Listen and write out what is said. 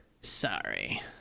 sorry